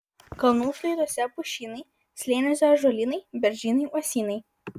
kalnų šlaituose pušynai slėniuose ąžuolynai beržynai uosynai